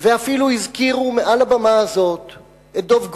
ואפילו הזכירו מעל הבמה הזאת את דב גרונר,